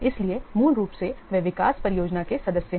इसलिए मूल रूप से वे विकास परियोजना के सदस्य हैं